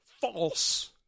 false